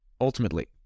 ultimately